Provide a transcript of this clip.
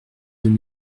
deux